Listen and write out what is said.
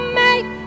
make